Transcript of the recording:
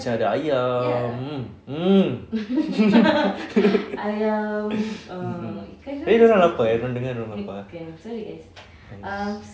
masih ada ayam mm mm mm mm eh nanti dorang lapar eh dorang dengar dorang lapar nice